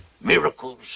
miracles